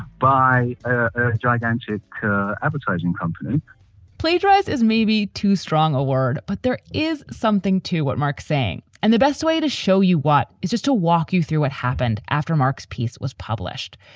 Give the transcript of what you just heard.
by gigantic her advertising company plagiarise is maybe too strong a word, but there is something to what mark saying, and the best way to show you what is just a walk you through what happened after mark's piece was published.